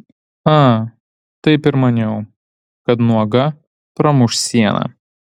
a taip ir maniau kad nuoga pramuš sieną